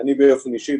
אני באופן אישי,